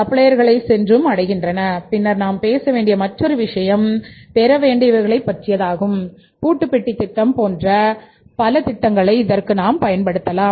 சப்ளையர்களை சென்றும் அடைகின்றன பின்னர் நாம் பேச வேண்டிய மற்றொரு விஷயம் பெற வேண்டியவைகளை பற்றியதாகும் பூட்டு பெட்டி திட்டம் போன்ற பல திட்டங்களை இதற்கு நாம் பயன்படுத்தலாம்